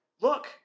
look